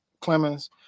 Clemens